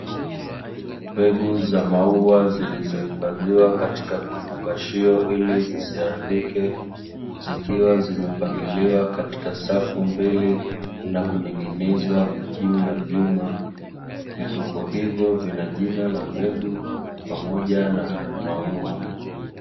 Mbegu za maua zilizohifadhiwa katika vifungashio ili zisiharibike, zikiwa zimepangiliwa katika safu mbili na kuning'inizwa juu ya vyuma. Vifuko hivo vina jina la mbegu pamoja na maua.